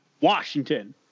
Washington